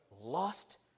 lost